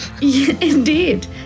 Indeed